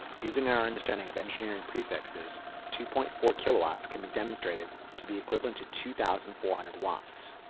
using our understanding of engineering prefixes two point four kilowatts can be demonstrated to be equivalent to two thousand four hundred watts.